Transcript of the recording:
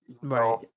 right